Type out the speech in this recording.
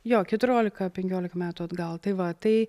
jo keturiolika penkiolika metų atgal tai va tai